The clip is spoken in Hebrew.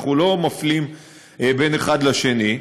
אנחנו לא מפלים בין אחד לשני.